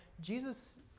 Jesus